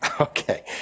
Okay